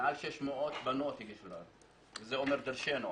מעל 600 בנות וזה אומר דרשני.